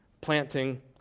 Planting